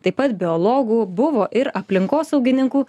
taip pat biologų buvo ir aplinkosaugininkų